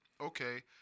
okay